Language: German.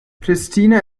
pristina